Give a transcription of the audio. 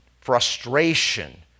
frustration